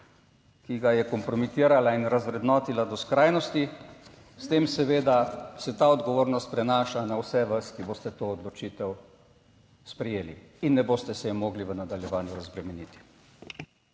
ki ga je kompromitirala in razvrednotila do skrajnosti, s tem seveda se ta odgovornost prenaša na vse vas, ki boste to odločitev sprejeli in ne boste se je mogli v nadaljevanju razbremeniti.